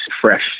fresh